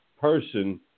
person